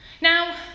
now